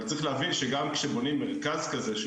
אבל צריך להבין כשגם כשבונים מרכז כזה שהוא